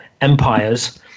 empires